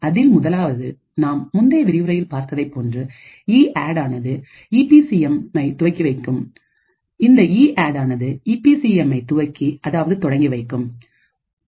அதில் முதலாவது நாம் முந்தைய விரிவுரையில் பார்த்ததைப் போன்று இஅட்ஆனது ஈபி சி எம்ஐ துவக்கி அதாவது தொடங்கி வைக்கும் வைக்கும்